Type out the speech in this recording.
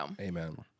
Amen